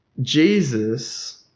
Jesus